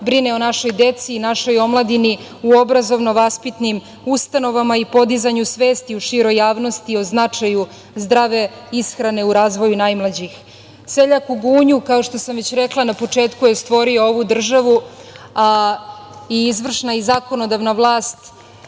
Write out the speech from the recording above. brine i o našoj deci i o našoj omladini u obrazovno-vaspitnim ustanovama i podizanju svesti u široj javnosti o značaju zdrave ishrane u razvoju najmlađih. Seljak u gunju, kao što sam već rekla na početku, je stvorio ovu državu i izvršna i zakonodavna vlast